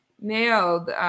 nailed